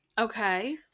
okay